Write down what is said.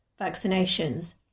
vaccinations